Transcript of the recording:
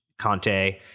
Conte